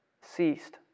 ceased